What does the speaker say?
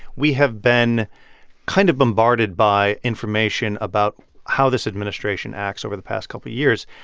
we have been kind of bombarded by information about how this administration acts over the past couple years.